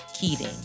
Keating